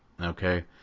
okay